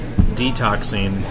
detoxing